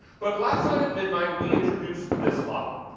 but last night at midnight we introduced this model.